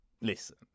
listen